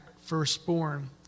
firstborn